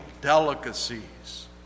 delicacies